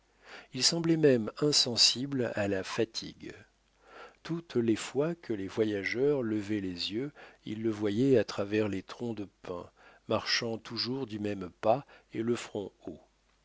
il semblait même insensible à la fatigue toutes les fois que les voyageurs levaient les yeux ils le voyaient à travers les troncs de pins marchant toujours du même pas et le front haut